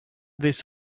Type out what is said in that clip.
this